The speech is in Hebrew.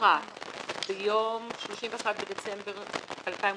אם ביום כ"ג טבת התשע"ט (31 בדצמבר 2018)